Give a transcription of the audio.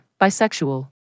Bisexual